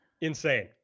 insane